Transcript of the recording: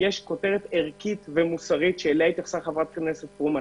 יש כותרת ערכית ומוסרית אליה התייחסה חברת הכנסת פרומן.